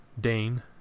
Dane